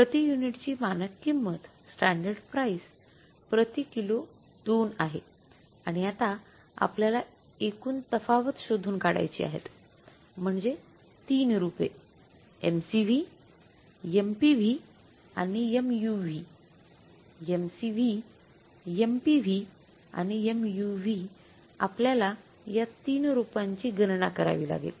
प्रति युनिटची मानक किंमत आपल्याला या तीन रुपांची गणना करावी लागेल